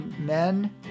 men